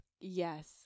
Yes